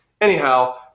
anyhow